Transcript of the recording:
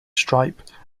stripe